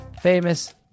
famous